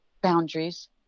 Boundaries